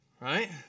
Right